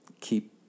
keep